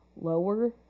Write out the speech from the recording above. lower